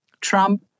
Trump